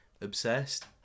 obsessed